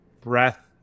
breath